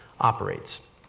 operates